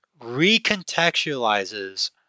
recontextualizes